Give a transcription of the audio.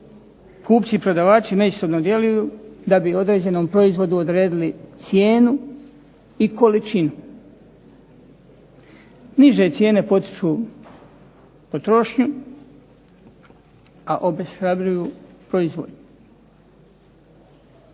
kupci i prodavači međusobno djeluju da bi određenom proizvodu odredili cijenu i količinu. Niže cijene potiču potrošnju, a obeshrabruju proizvodnju.